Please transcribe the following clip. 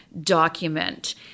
document